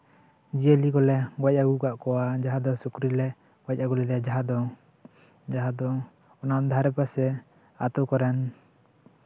ᱡᱤᱭᱟᱹᱞᱤ ᱠᱚᱞᱮ ᱜᱚᱡ ᱟᱹᱜᱩ ᱠᱟᱜ ᱠᱚᱣᱟ ᱡᱟᱦᱟᱸ ᱫᱚ ᱥᱩᱠᱨᱤ ᱞᱮ ᱜᱚᱡ ᱟᱜᱩ ᱞᱮᱫᱮᱭᱟ ᱡᱟᱦᱟᱸ ᱫᱚ ᱫᱷᱟᱨᱮ ᱯᱟᱥᱮ ᱟᱛᱳ ᱠᱚᱨᱮᱱ